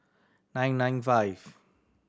nine nine five